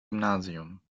gymnasium